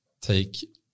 take